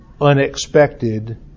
unexpected